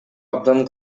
абдан